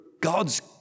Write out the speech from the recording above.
God's